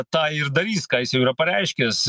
tą ir darys ką jis jau yra pareiškęs